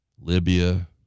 Libya